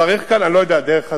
צריך כאן, אני לא יודע, דרך הסברה,